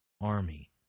army